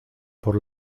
por